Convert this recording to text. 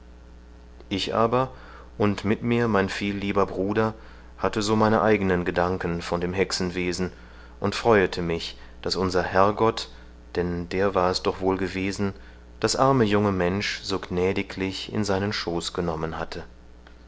ich aber und mit mir mein viellieber bruder hatte so meine eigenen gedanken von dem hexenwesen und freuete mich daß unser herrgott denn der war es doch wohl gewesen das arme junge mensch so gnädiglich in seinen schoß genommen hatte